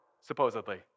supposedly